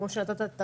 כמו שנתת דוגמה,